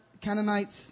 Canaanites